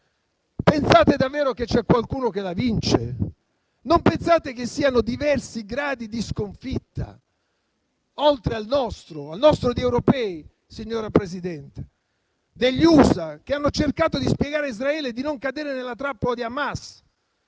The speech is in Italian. Pensate davvero che c'è qualcuno che la vince? Non pensate che siano diversi i gradi di sconfitta, oltre al nostro di europei, signora Presidente? C'è quello degli USA, che hanno cercato di spiegare ad Israele di non cadere nella trappola di Hamas?